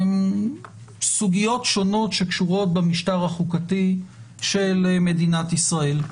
סוגיות שונות שקשורות במשטר החוקתי של מדינת ישראל.